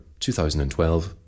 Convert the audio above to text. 2012